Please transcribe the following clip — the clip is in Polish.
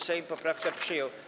Sejm poprawkę przyjął.